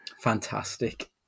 Fantastic